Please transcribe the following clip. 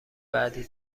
بعدی